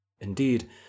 Indeed